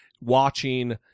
Watching